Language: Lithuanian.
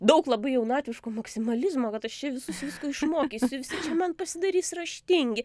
daug labai jaunatviško maksimalizmo kad aš čia visus visko išmokysiu visi čia man pasidarys raštingi